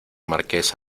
marqués